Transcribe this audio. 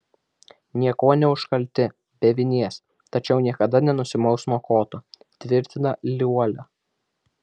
niekuo neužkalti be vinies tačiau niekada nenusimaus nuo koto tvirtina liuolia